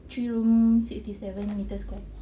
three room sixty seven metre square